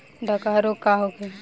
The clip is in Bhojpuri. डकहा रोग का होखे?